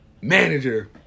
manager